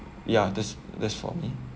ya that's that's for me